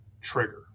trigger